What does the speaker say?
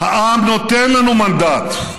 העם נותן לנו מנדט,